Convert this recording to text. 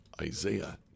Isaiah